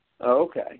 Okay